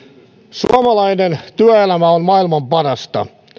suomalainen työelämä on maailman parasta